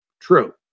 true